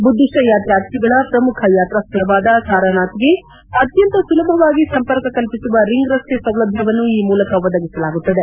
ಬುದ್ದಿಷ್ಲ ಯಾತ್ರಾರ್ಥಿಗಳ ಪ್ರಮುಖ ಯಾತ್ರಾ ಸ್ವಳವಾದ ಸಾರನಾಥ್ಗೆ ಅತ್ನಂತ ಸುಲಭವಾಗಿ ಸಂಪರ್ಕ ಕಲ್ಪಿಸುವ ರಿಂಗ್ ರಸ್ತೆ ಸೌಲಭ್ಯವನ್ನು ಈ ಮೂಲಕ ಒದಗಿಸಲಾಗುತ್ತದೆ